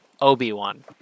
Obi-Wan